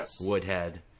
Woodhead